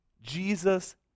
Jesus